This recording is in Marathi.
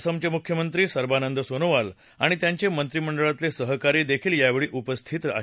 असमचे मुख्यमंत्री सर्वानंद सोनोवाल आणि त्यांचे मंत्रिमंडळातले सहकारी देखील यावेळी उपस्थित आहेत